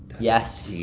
yes.